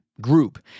group